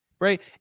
right